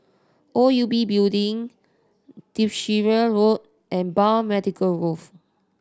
O U B Building Derbyshire Road and Biomedical Grove